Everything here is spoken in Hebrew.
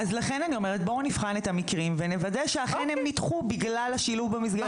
בואו נבחן את המקרים ונוודא שהם אכן נדחו בגלל השילוב במסגרת הזו.